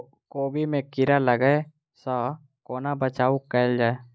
कोबी मे कीड़ा लागै सअ कोना बचाऊ कैल जाएँ?